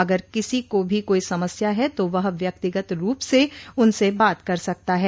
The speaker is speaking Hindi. अगर किसी को भी कोई समस्या है तो वह व्यक्तिगत रूप से उनसे बात कर सकता है